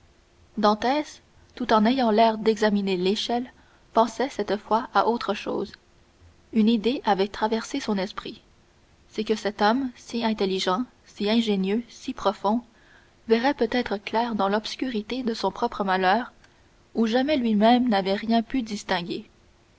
dantès tout en ayant l'air d'examiner l'échelle pensait cette fois à autre chose une idée avait traversé son esprit c'est que cet homme si intelligent si ingénieux si profond verrait peut-être clair dans l'obscurité de son propre malheur où jamais lui-même n'avait rien pu distinguer